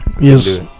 Yes